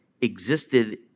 existed